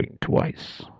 twice